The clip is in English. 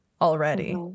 already